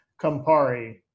Campari